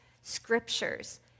scriptures